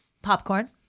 Popcorn